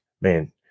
man